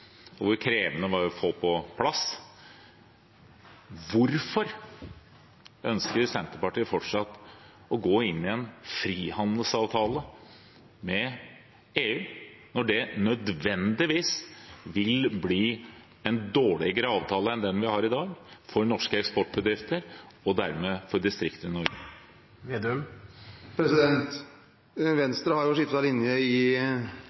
og hvor krevende den var å få på plass: Hvorfor ønsker Senterpartiet fortsatt å gå inn i en frihandelsavtale med EU, når det nødvendigvis vil bli en dårligere avtale enn den vi har i dag, for norske eksportbedrifter og dermed for distriktene i Norge? Venstre har jo skiftet linje i